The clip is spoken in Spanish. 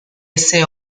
ese